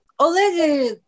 Already